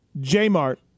J-Mart